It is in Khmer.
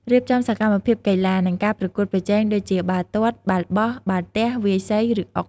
រៀបចំសកម្មភាពកីឡា និងការប្រកួតប្រជែង ដូចជា បាល់ទាត់ បាល់បោះ បាល់ទះ វាយសី ឬអុក។